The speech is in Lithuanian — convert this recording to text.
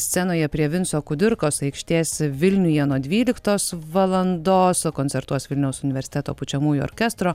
scenoje prie vinco kudirkos aikštės vilniuje nuo dvyliktos valandos o koncertuos vilniaus universiteto pučiamųjų orkestro